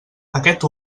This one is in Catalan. aquest